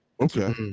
Okay